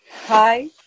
Hi